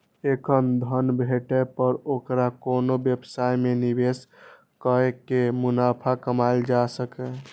एखन धन भेटै पर ओकरा कोनो व्यवसाय मे निवेश कैर के मुनाफा कमाएल जा सकैए